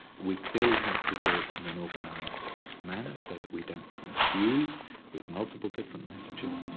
we clearly have to do it in an organised manner so that we don't confuse with multiple different messages,